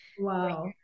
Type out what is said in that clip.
Wow